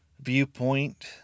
viewpoint